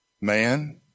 man